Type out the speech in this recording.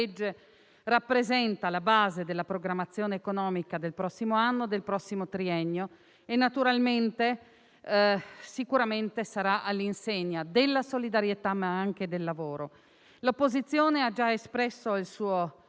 legge rappresenta la base della programmazione economica del prossimo anno e del prossimo triennio. Sicuramente sarà all'insegna della solidarietà, ma anche del lavoro. L'opposizione ha già espresso il suo